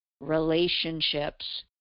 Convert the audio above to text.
relationships